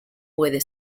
puede